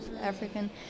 African